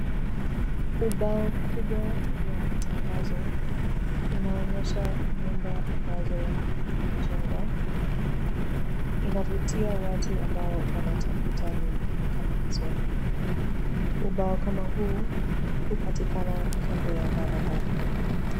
Ubao kubwa wa matangazo inaonyesha nyumba ambazo zinajengwa. inavutia watu ambao wanatafuta nyumba kama hizo. Ubao kama huu hupatikana kando ya barabara.